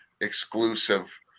exclusive